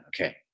Okay